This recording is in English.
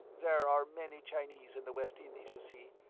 there are many chinese in the west indies, you see,